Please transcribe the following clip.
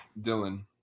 Dylan